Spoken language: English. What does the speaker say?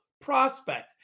prospect